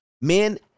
Men